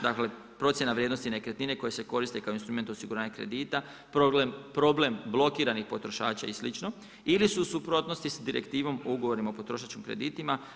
Dakle, procjene vrijednosti nekretnine koje se koriste kao instrument osiguranja kredita, problem blokiranih potrošača i sl. ili su u suprotnosti s direktivno o ugovorim o potrošačkim kreditima.